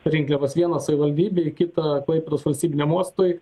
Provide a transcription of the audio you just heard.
rinkliavas viena savivaldybei kitą klaipėdos valstybiniam uostui